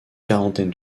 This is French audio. quarantaine